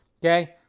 Okay